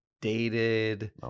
dated